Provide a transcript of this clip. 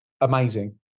amazing